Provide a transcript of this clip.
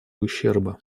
ущерба